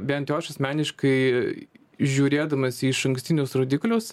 bent jau aš asmeniškai žiūrėdamas į išankstinius rodiklius